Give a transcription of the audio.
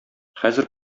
хәзер